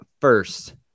first